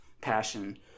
passion